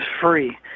free